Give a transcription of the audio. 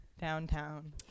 downtown